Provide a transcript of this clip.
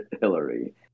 Hillary